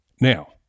Now